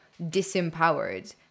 disempowered